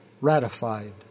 ratified